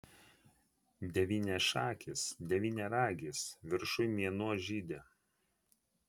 devyniašakis devyniaragis viršuj mėnuo žydi